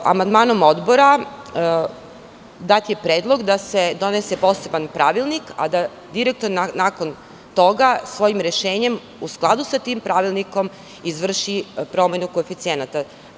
Amandmanom Odbora dat je predlog da se donese poseban pravilnik, a da direktor nakon toga svojim rešenjem, u skladu sa tim pravilnikom, izvrši promenu koeficijenata.